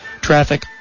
Traffic